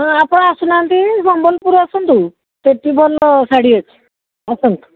ହଁ ଆପଣ ଆସୁ ନାହାନ୍ତି ସମ୍ବଲପୁର ଆସନ୍ତୁ ସେଇଠି ଭଲ ଶାଢ଼ୀ ଅଛି ଆସନ୍ତୁ